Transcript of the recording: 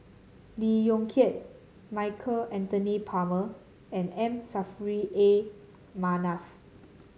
Lee Yong Kiat Michael Anthony Palmer and M Saffri A Manaf